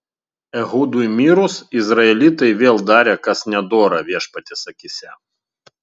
ehudui mirus izraelitai vėl darė kas nedora viešpaties akyse